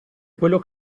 quello